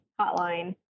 hotline